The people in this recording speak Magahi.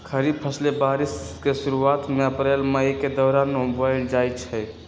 खरीफ फसलें बारिश के शुरूवात में अप्रैल मई के दौरान बोयल जाई छई